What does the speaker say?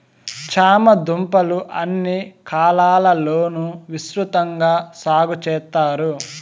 చామ దుంపలు అన్ని కాలాల లోనూ విసృతంగా సాగు చెత్తారు